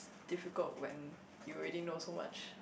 difficult when you already know so much